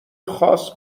خاص